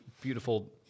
beautiful